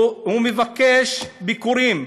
הוא מבקש ביקורים.